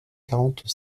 quarante